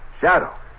Shadow